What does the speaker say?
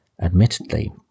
Admittedly